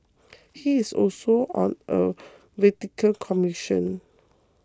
he is also on a Vatican commission